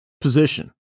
position